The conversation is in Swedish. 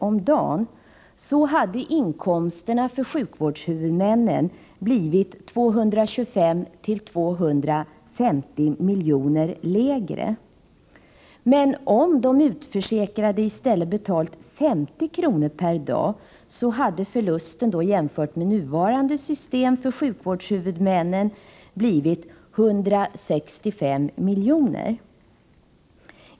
om dagen, så hade inkomsterna för sjukvårdshuvudmännen blivit 225-250 miljoner lägre. Men om de utförsäkrade i stället betalat 50 kr. per dag, så hade förlusten — jämfört med nuvarande system — för sjukvårdshuvudmännen blivit 165 miljoner.